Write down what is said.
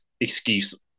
excuse